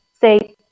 say